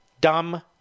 dumb